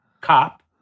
cop